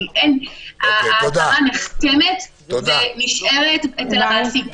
כי ההצהרה נחתמת ונשארת אצל המעסיק.